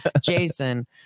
Jason